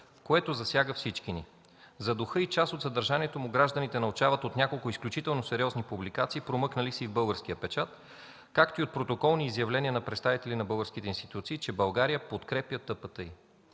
което засяга всички ни. За духа и част от съдържанието му гражданите научават от няколко изключително сериозни публикации, промъкнали се и в българския печат, както и от протоколни изявления на представители на българските институции, че България подкрепя ТПТИ.